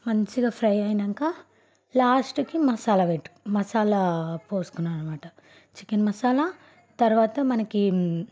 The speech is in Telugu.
మంచిగా ఫ్రై అయినాక లాస్ట్కి మసాలా పెట్టుకున్నాం మసాలా పోసుకున్నాను అన్నమాట చికెన్ మసాలా తర్వాత మనకి